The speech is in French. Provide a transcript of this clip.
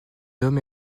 homme